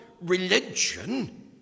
religion